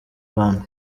bana